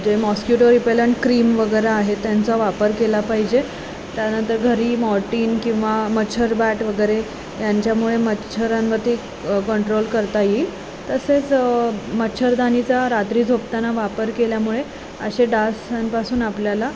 जे mosquito repellent cream वगैरे आहेत त्यांचा वापर केला पाहिजे त्यानंतर घरी मॉर्टीन किंवा मच्छरबाट वगैरे यांच्यामुळे मच्छरांवरती कंट्रोल करता येईल तसेच मच्छरदाणीचा रात्री झोपताना वापर केल्यामुळे असे डासांपासून आपल्याला